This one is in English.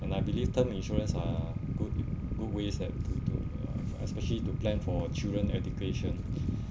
and I believe term insurance are good good ways that to do uh especially to plan for children education